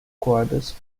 cordas